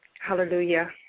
Hallelujah